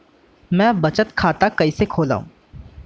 मै बचत खाता कईसे खोलव?